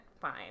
fine